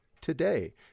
today